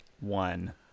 one